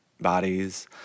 bodies